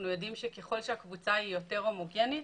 יודעים שככל שהקבוצה היא יותר הומוגנית,